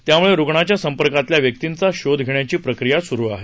त्यामुळे रुग्णाच्या संपर्कातील व्यक्तींचा शोध घेण्याची प्रक्रिया सुरू आहे